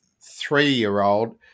three-year-old